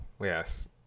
yes